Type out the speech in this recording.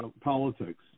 politics